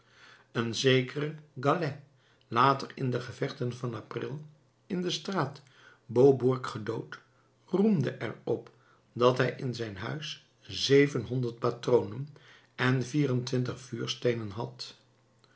een zekere gallais later in de gevechten van april in de straat beaubourg gedood roemde er op dat hij in zijn huis zevenhonderd patronen en vier-en-twintig vuursteenen had